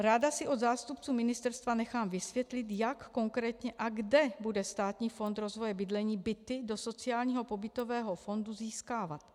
Ráda si od zástupců ministerstva nechám vysvětlit, jak konkrétně a kde bude Státní fond rozvoje bydlení byty do sociálního pobytového fondu získávat.